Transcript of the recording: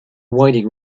winding